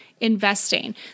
investing